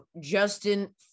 Justin